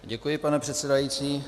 Děkuji, pane předsedající.